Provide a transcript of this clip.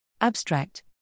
Abstract